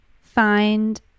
find